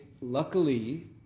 luckily